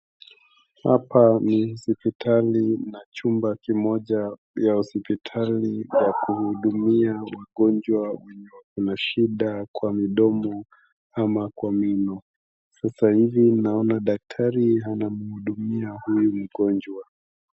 Hapa ni hospitali na chumba kimoja ya hospitali ya kuhudumia wagonjwa wenye wako na shida kwa mdomo ama kwa meno. Sasa hivi naona daktari anamhudumia huyu mgonjwa.